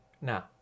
now